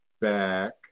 back